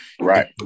right